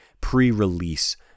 pre-release